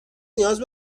نیاز